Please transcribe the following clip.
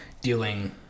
dealing